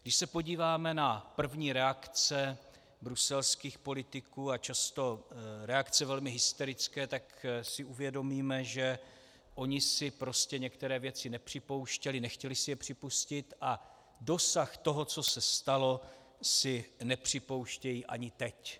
Když se podíváme na první reakce bruselských politiků, a často reakce velmi hysterické, tak si uvědomíme, že oni si prostě některé věci nepřipouštěli, nechtěli si je připustit a dosah toho, co se stalo, si nepřipouštějí ani teď.